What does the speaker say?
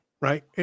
right